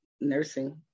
nursing